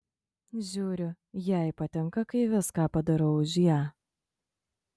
žiūriu jai patinka kai viską padarau už ją